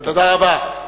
תודה רבה.